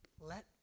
let